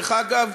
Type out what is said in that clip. דרך אגב,